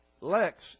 Lex